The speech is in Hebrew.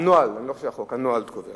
הנוהל, אני לא חושב שזה החוק, הנוהל קובע